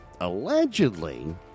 Allegedly